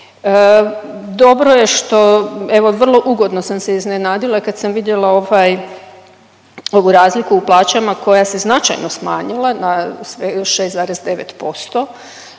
Dobro je što evo vrlo ugodno sam se iznenadila kad sam vidjela ovu razliku u plaćama koja se značajno smanjila na 6,9%,